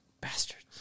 Bastards